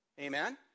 Amen